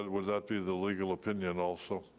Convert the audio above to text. ah would that be the legal opinion also?